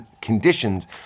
conditions